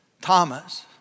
Thomas